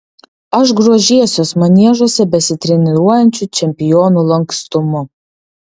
aš grožėsiuos maniežuose besitreniruojančių čempionių lankstumu